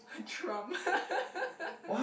Trump